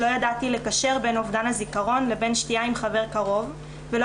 לא ידעתי לקשר בין אבדן הזכרון לבין שתיה עם חבר קרוב ולא